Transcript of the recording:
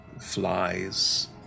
flies